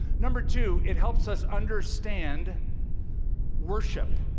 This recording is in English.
number two, it helps us understand worship